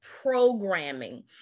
programming